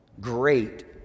great